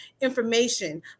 information